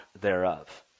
thereof